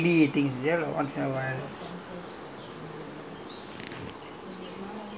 அதெல்லா காட்டிக்க இதெல்லா:athellaa kaattikka ithellaa like happens not daily thing once in a while